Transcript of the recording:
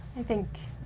i think,